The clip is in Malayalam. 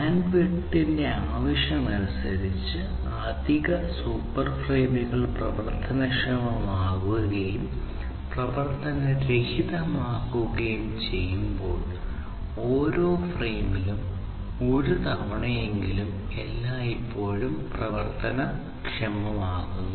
ബാൻഡ്വിഡ്ത്തിന്റെ ആവശ്യമനുസരിച്ച് അധിക സൂപ്പർ ഫ്രെയിമുകൾ പ്രവർത്തനക്ഷമമാക്കുകയും പ്രവർത്തനരഹിതമാക്കുകയും ചെയ്യുമ്പോൾ ഓരോ ഫ്രെയിമിലും ഒരു തവണയെങ്കിലും എല്ലായ്പ്പോഴും പ്രവർത്തനക്ഷമമാക്കുന്നു